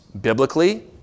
biblically